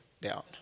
down